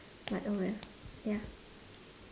but oh well yeah